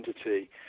identity